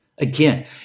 Again